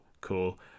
cool